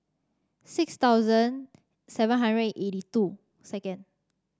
six thousand seven hundred and eighty two second